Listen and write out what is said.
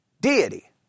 deity